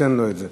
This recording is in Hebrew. ניתן לו את זה.